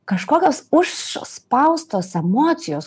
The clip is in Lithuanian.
kažkokios užspaustos emocijos